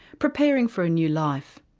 preparing for a new life.